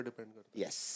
Yes